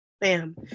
bam